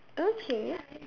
okay